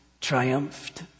triumphed